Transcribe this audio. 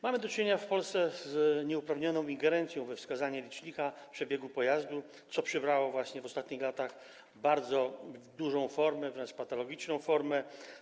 Mamy do czynienia w Polsce z nieuprawnioną ingerencją we wskazanie licznika przebiegu pojazdu, co przybrało w ostatnich latach bardzo dużą, wręcz patologiczną skalę.